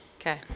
Okay